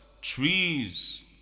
trees